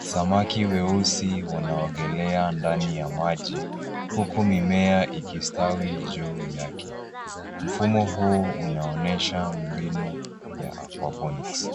Samaki weusi wanaogelea ndani ya maji huku mimea ikistawi juu yake. Mfumo huu unaonyesha mbinu ya aquaponics .